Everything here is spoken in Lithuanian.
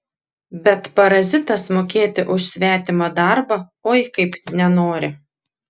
bet parazitas mokėti už svetimą darbą oi kaip nenori